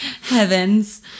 Heavens